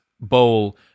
bowl